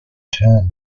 turn